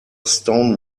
stone